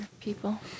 people